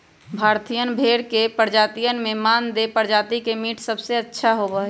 भारतीयन भेड़ के प्रजातियन में मानदेय प्रजाति के मीट सबसे अच्छा होबा हई